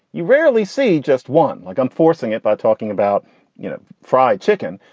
you rarely see just one. like, i'm forcing it by talking about you know fried chicken.